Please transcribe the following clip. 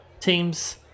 teams